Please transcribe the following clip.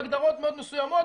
בהגדרות מאוד מסוימות.